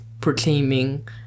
Proclaiming